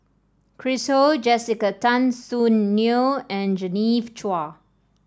Chris Ho Jessica Tan Soon Neo and Genevieve Chua